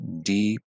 deep